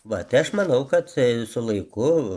va aš manau kad su laiku